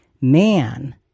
man